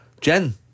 Jen